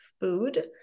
food